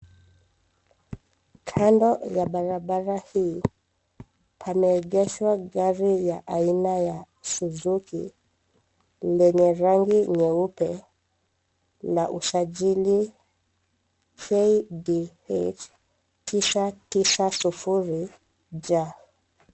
Kando ya barabara hii pameegeshwa gari ya aina ya Suzuki lenye rangi nyeupe la usajili KDH 990J.